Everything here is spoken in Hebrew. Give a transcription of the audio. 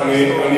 זה מאוד מעניין.